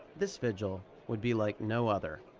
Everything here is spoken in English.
this vigil would be like no other.